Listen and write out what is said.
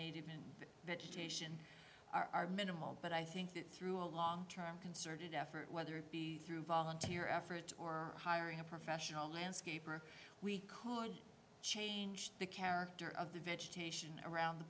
station are minimal but i think that through a long term concerted effort whether it be through volunteer efforts or hiring a professional landscaper we could change the character of the vegetation around the